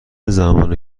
زمان